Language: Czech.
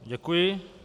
Děkuji.